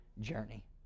journey